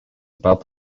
about